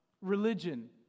religion